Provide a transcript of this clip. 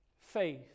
Faith